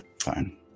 Fine